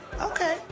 okay